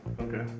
Okay